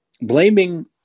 Blaming